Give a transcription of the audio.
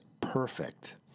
perfect